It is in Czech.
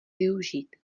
využít